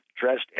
dressed